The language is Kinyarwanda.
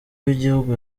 w’igihugu